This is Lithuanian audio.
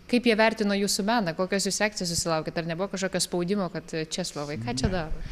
kaip jie vertino jūsų meną kokios jūs reakcijos susilaukėt ar nebuvo kažkokio spaudimo kad česlovai ką čia darot